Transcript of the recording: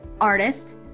artist